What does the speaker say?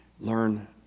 learn